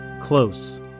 Close